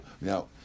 Now